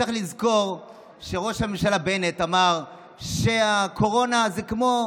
צריך לזכור שראש הממשלה בנט אמר שהקורונה זה כמו